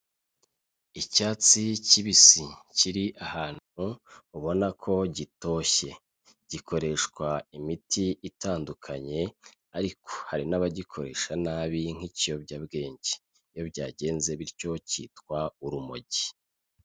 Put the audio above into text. Icyatsi kibisi kiri ahantu ubona ko gitoshye, gikoreshwa imiti itandukanye ariko hari n'abagikoresha nabi nk'ikiyobyabwenge, iyo byagenze bityo cyitwa urumogi.